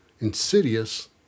Insidious